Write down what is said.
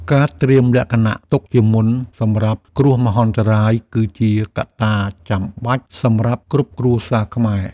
ការត្រៀមលក្ខណៈទុកជាមុនសម្រាប់គ្រោះមហន្តរាយគឺជាកត្តាចាំបាច់សម្រាប់គ្រប់គ្រួសារខ្មែរ។